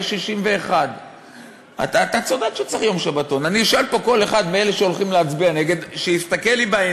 כי יש 61. אתה צודק שצריך יום שבתון.